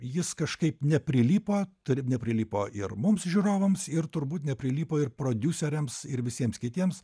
jis kažkaip neprilipo taip neprilipo ir mums žiūrovams ir turbūt neprilipo ir prodiuseriams ir visiems kitiems